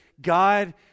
God